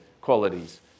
qualities